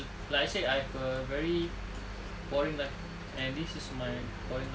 like I said I have a very boring life and this is my boring life